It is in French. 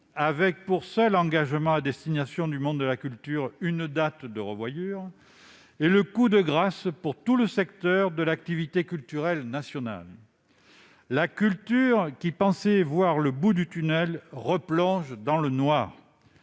avec, pour seul engagement à destination du monde de la culture, une date de revoyure, est le coup de grâce pour tout le secteur de l'activité culturelle nationale. La culture, qui pensait voir le bout du tunnel, replonge dans le noir.